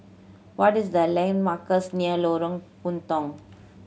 what is the landmarks near Lorong Puntong